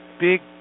big